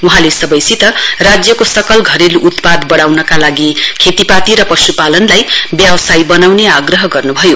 वहाँले सबैसित राज्यको सकल घरेलू उत्पाद बढाउनका लागि खेतीपाती र पश्पालनलाई व्यवसाय बनाउने आग्रह गर्न् भयो